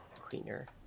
cleaner